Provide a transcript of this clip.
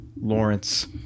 Lawrence